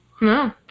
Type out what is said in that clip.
No